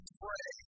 pray